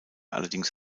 allerdings